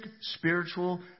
spiritual